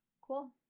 Cool